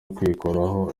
kwikuraho